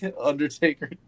Undertaker